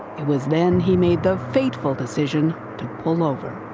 it was then he made the fateful decision to pull over.